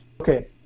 okay